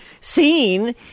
seen